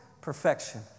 perfection